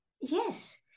yes